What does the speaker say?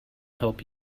help